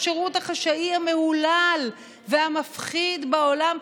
השירות החשאי המהולל והמפחיד בעולם,